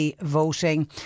voting